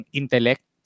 intellect